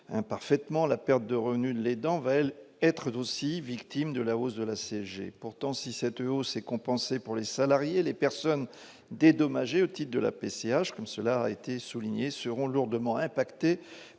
la perte de revenus les dents va elle être d'aussi victime de la hausse de la CSG, pourtant si cette hausse est compensée pour les salariés, les personnes dédommager de la PCH comme cela a été souligné seront lourdement impacté